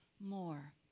more